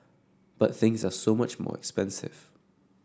but things are so much more expensive